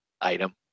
item